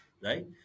Right